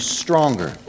stronger